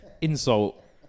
insult